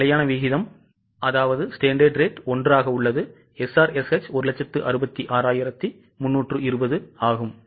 நம் நிலையான வீதம் 1 ஆக உள்ளது SRSH 166320 ஆகும்